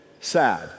sad